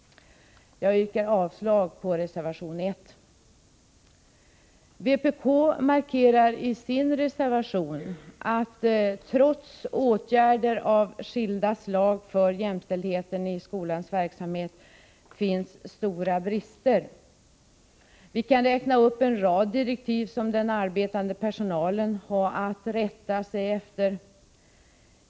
Jag yrkar avslag på reservation 1. Vpk markerar i sin reservation att trots åtgärder av skilda slag för jämställdheten i skolans verksamhet finns stora brister. Vi kan räkna upp en rad direktiv som den arbetande personalen har att rätta sig efter.